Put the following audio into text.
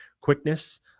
quickness